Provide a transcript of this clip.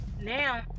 now